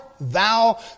thou